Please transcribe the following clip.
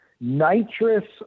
Nitrous